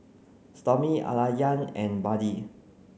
Stormy Alayna and Buddy